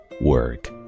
work